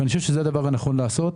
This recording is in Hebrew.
לדעתי, זה הדבר הנכון לעשות.